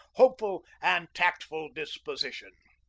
hopeful, and tactful disposition.